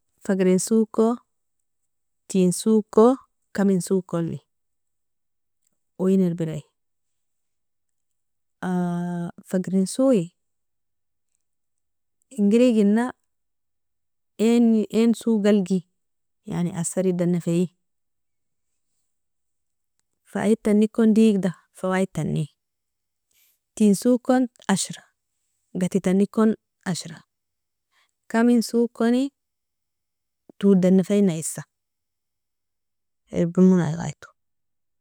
Fagrin swoko, tein swoko, camin swokoli oein irbirai fagrin swoi, ingerigina ien swogalgi yani asridan nafie, faidtanikon digda fawaidtani, teinkon ashra gatitanikon ashra, camin swokoni todan nafinaisa erbomoni gaito.